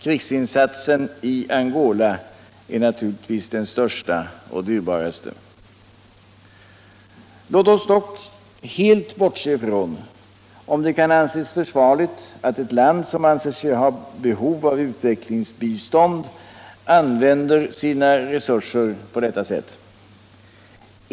Krigsinsatsen i Angola är naturligtvis den största och dyrbaraste. Låt oss dock helt bortse från om det kan betraktas som försvarligt att ett land, som anser sig vara i behov av utvecklingsbistånd, använder sina resurser på detta sätt.